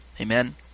Amen